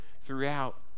throughout